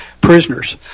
prisoners